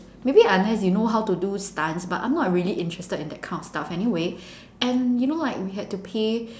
maybe unless you know how to do stunts but I'm not really interested in that kind of stuff anyway and you know like we had to pay